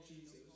Jesus